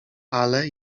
ale